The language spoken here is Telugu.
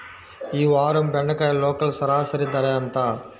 ఈ వారం బెండకాయ లోకల్ సరాసరి ధర ఎంత?